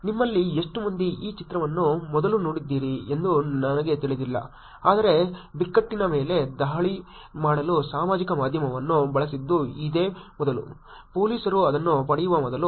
ನಿಮ್ಮಲ್ಲಿ ಎಷ್ಟು ಮಂದಿ ಈ ಚಿತ್ರವನ್ನು ಮೊದಲು ನೋಡಿದ್ದೀರಿ ಎಂದು ನನಗೆ ತಿಳಿದಿಲ್ಲ ಆದರೆ ಬಿಕ್ಕಟ್ಟಿನ ಮೇಲೆ ದಾಳಿ ಮಾಡಲು ಸಾಮಾಜಿಕ ಮಾಧ್ಯಮವನ್ನು ಬಳಸಿದ್ದು ಇದೇ ಮೊದಲು ಪೋಲೀಸರು ಅದನ್ನು ಪಡೆಯುವ ಮೊದಲು